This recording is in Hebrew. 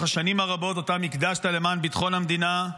השנים הרבות שהקדשת למען ביטחון המדינה,